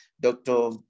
Doctor